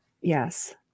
yes